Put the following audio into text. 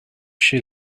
she